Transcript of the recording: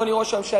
אדוני ראש הממשלה.